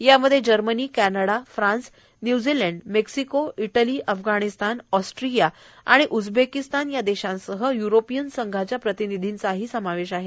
यामध्ये Germany Canada France New Zealand Mexico Italy Afghanistan Austria Uzbekistan या देशांसह युरोपीयन संघाच्या प्रतिनिधींचाही समावेश आहे